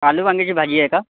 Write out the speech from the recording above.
आलू वांग्याची भाजी आहे का